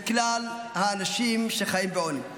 לכלל האנשים שחיים בעוני.